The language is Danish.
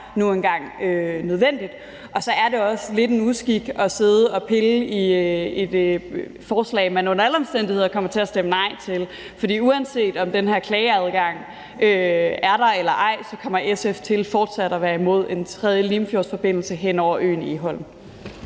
nu engang nødvendigt. Så er det også lidt en uskik at sidde at pille i et forslag, man under alle omstændigheder kommer til at stemme nej til. For uanset om den her klageadgang er der eller ej, kommer SF til fortsat at være imod en tredje Limfjordsforbindelse hen over øen Egholm.